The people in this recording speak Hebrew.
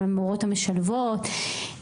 המורות המשלבות,